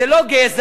זה לא גזע,